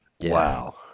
Wow